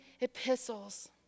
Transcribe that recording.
epistles